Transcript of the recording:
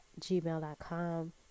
gmail.com